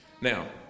Now